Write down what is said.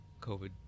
COVID